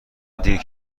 دیر